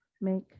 make